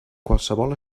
qualsevol